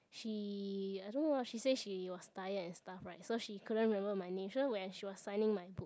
she I don't know ah she say she was tired and stuff right so she couldn't remember my name so when she was signing my book